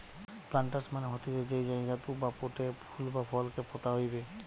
planters মানে হতিছে যেই জায়গাতু বা পোটে ফুল বা ফল কে পোতা হইবে